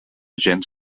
gens